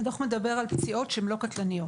הוא מדבר על פציעות שהן לא קטלניות,